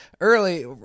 early